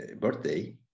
birthday